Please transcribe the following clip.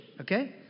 okay